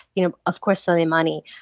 you know, of course, soleimani,